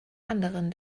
anderen